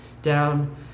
down